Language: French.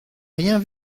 rien